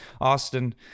Austin